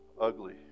ugly